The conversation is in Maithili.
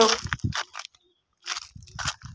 कर्जा लेबाक लेल गांहिकी केँ बैंक लग किछ बन्हकी राखय परै छै